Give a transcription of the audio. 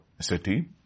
city